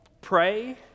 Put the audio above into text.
Pray